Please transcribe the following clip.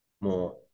more